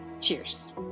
Cheers